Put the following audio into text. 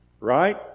Right